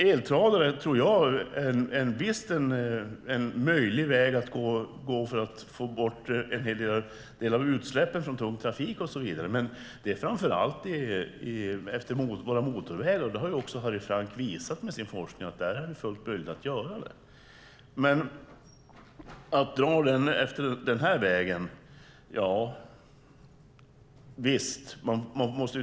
Eltradare tror jag är en möjlig väg att gå för att få bort en hel del av utsläppen från tung trafik och så vidare, men det gäller framför allt efter våra motorvägar. Harry Frank har också visat med sin forskning att det är fullt möjligt att göra detta där. Men efter den här vägen?